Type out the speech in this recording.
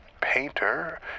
painter